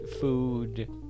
food